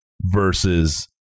Versus